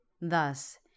Thus